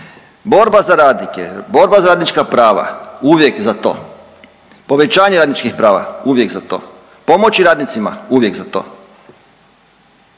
Borba za radnike, borba za radnička prava uvijek za to, povećanje radničkih prava uvijek za to, pomoć radnicima uvijek za to.